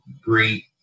great